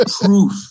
proof